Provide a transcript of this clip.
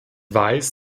weiß